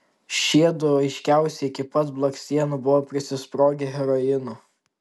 šiedu aiškiausiai iki pat blakstienų buvo prisisprogę heroino